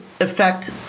affect